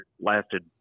lasted